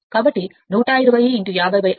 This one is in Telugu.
మరియు S n S n a n Sసరైనది